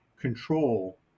control